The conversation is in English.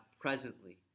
presently